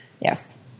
yes